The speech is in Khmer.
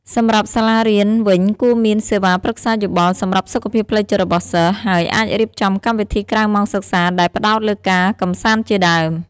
សម្រាប់សាលារៀនវិញគួរមានសេវាប្រឹក្សាយោបល់ សម្រាប់សុខភាពផ្លូវចិត្តរបស់សិស្ស ហើយអាចរៀបចំកម្មវិធីក្រៅម៉ោងសិក្សាដែលផ្ដោតលើការកម្សាន្តជាដើម។